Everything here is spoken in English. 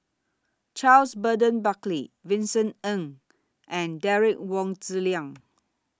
Charles Burton Buckley Vincent Ng and Derek Wong Zi Liang